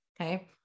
okay